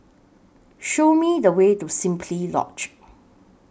Show Me The Way to Simply Lodge